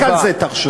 רק על זה תחשוב.